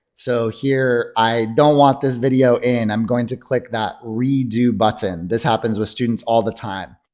so here i don't want this video in i'm going to click that redo button. this happens with students all the time.